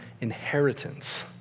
inheritance